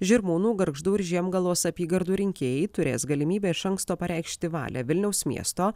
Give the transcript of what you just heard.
žirmūnų gargždų ir žiemgalos apygardų rinkėjai turės galimybę iš anksto pareikšti valią vilniaus miesto